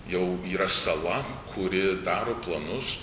jau yra sala kuri daro planus